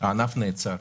הענף נעצר.